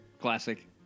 Classic